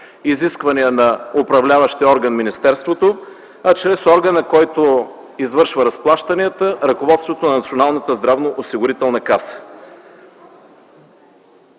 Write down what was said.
изисквания на управляващия орган – министерството, а чрез органа, който извършва разплащанията – ръководството на Националната здравноосигурителна каса,